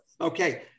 Okay